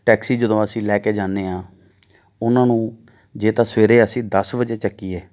taxi ਜਦੋਂ ਅਸੀਂ ਲੈ ਕੇ ਜਾਂਦੇ ਹਾਂ ਉਹਨਾਂ ਨੂੰ ਜੇ ਤਾਂ ਸਵੇਰੇ ਅਸੀਂ ਦਸ ਵਜੇ ਚੁੱਕੀਏ